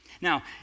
Now